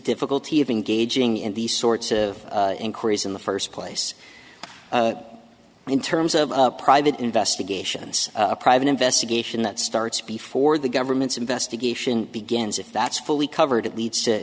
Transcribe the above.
difficulty of engaging in these sorts of inquiries in the first place in terms of private investigations a private investigation that starts before the government's investigation begins if that's fully covered it leads to